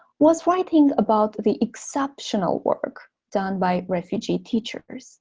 was writing about the exceptional work done by refugee teachers